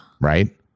Right